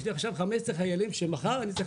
יש לי עכשיו 15 חיילים שמחר אני צריך